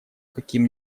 каким